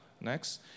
Next